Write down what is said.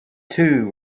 two